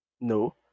No